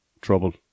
trouble